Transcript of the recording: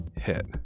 hit